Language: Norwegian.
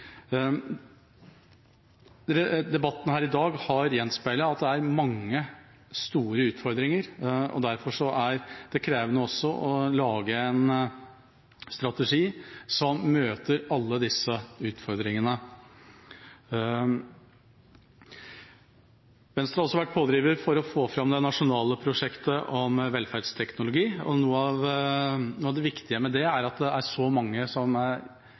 Debatten her i dag har gjenspeilet at det er mange store utfordringer, og derfor er det krevende også å lage en strategi som møter alle disse utfordringene. Venstre har også vært pådriver for å få fram det nasjonale prosjektet om velferdsteknologi. Noe av det viktige med det er at det er så mange pasienter som